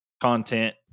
content